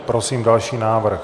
Prosím další návrh.